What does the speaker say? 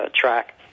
track